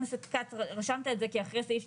גם בשגרה אתה אומר ולא רק בצרה.